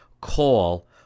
call